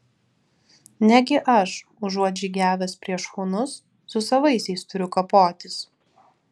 negi aš užuot žygiavęs prieš hunus su savaisiais turiu kapotis